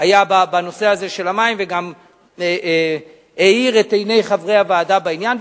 היה בנושא הזה של המים וגם האיר את עיני חברי הוועדה בעניין,